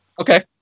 Okay